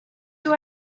you